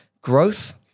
growth